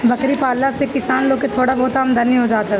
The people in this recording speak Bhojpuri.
बकरी पालला से किसान लोग के थोड़ा बहुत आमदनी हो जात हवे